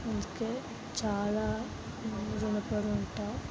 అందుకే చాలా మేము రుణపడి ఉంటాను